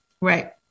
Right